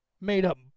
made-up